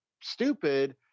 stupid